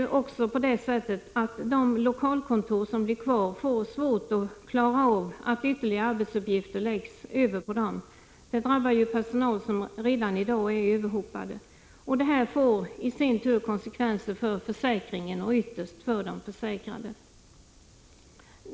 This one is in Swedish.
De lokalkontor som blir kvar får svårt att klara av ytterligare arbetsuppgifter som läggs över på dem. Det drabbar ju personal som redan i dag är överhopade med arbete. Detta får konsekvenser för försäkringen och ytterst för de försäkrade.